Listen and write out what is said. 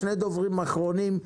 שני דוברים אחרונים,